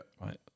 Right